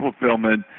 fulfillment